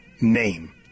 name